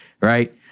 right